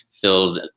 filled